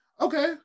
Okay